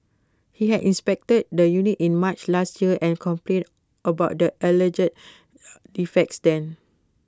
he had inspected the unit in March last year and complained about the alleged defects then